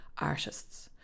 artists